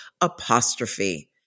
Apostrophe